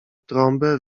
trąbę